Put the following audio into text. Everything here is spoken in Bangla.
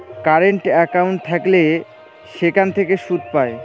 কারেন্ট একাউন্ট থাকলে সেখান থেকে সুদ পায়